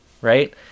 Right